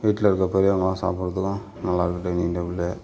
வீட்டிலருக்க பெரியவங்களாம் சாப்பிட்றதுக்கும் நல்லாயிருக்கு டைனிங் டேபிள்